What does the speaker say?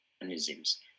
mechanisms